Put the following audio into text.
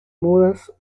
mudas